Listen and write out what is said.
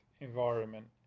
environment